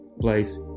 place